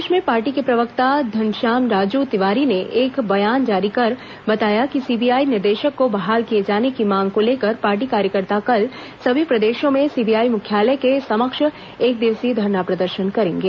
प्रदेश में पार्टी के प्रवक्ता घनश्याम राजू तिवारी ने एक बयान जारी कर बताया कि सीबीआई निदेशक को बहाल किए जाने की मांग को लेकर पार्टी कार्यकर्ता कल सभी प्रदेशों में सीबीआई मुख्यालय के समक्ष एकदिवसीय धरना प्रदर्शन करेंगे